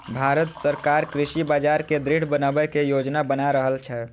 भांरत सरकार कृषि बाजार कें दृढ़ बनबै के योजना बना रहल छै